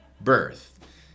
birth